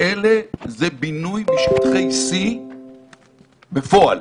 זה בינוי בשטחי C בפועל.